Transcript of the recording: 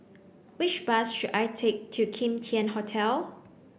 which bus should I take to Kim Tian Hotel